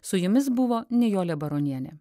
su jumis buvo nijolė baronienė